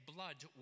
Blood